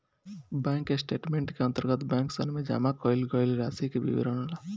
bank statement के अंतर्गत बैंकसन में जमा कईल गईल रासि के विवरण होला